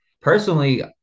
Personally